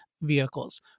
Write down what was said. vehicles